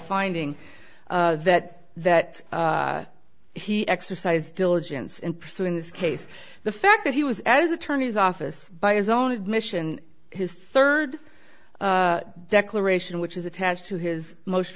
finding that that he exercised diligence in pursuing this case the fact that he was as attorney's office by his own admission and his third declaration which is attached to his most